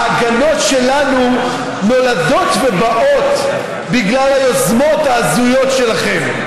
ההגנות שלנו נולדות ובאות בגלל היוזמות ההזויות שלכם.